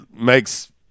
makes